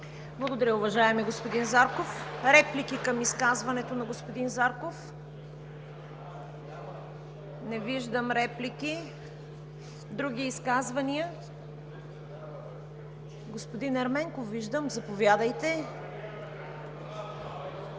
Благодаря, уважаеми господин Зарков. Реплики към изказването на господин Зарков? Не виждам. Други изказвания? Господин Ерменков, заповядайте.